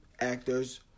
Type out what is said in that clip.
actors